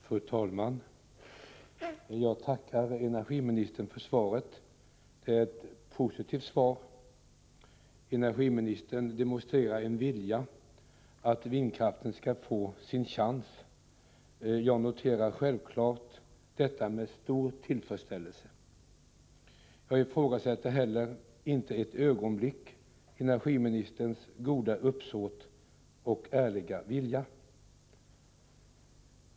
Fru talman! Jag tackar energiministern för svaret. Det är ett positivt svar. Energiministern demonstrerar en vilja att ge vindkraften dess chans. Jag noterar självfallet detta med stor tillfredsställelse. Jag ifrågasätter inte heller ett ögonblick energiministerns goda uppsåt och ärliga vilja.